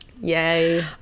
yay